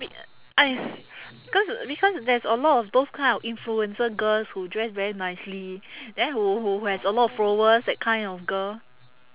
wait I cause because there's a lot of those kind of influencer girls who dress very nicely then who who has a lot of followers that kind of girl